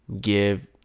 give